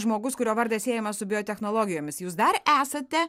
žmogus kurio vardas siejamas su biotechnologijomis jūs dar esate